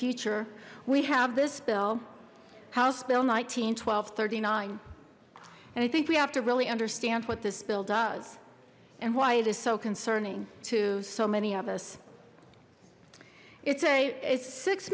future we have this bill house bill nineteen twelve thirty nine and i think we have to really understand what this bill does and why it is so concerning to so many of us it's a it's six